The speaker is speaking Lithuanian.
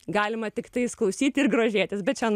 galima tiktais klausyti ir grožėtis bet čia an mano